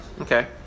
Okay